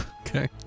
Okay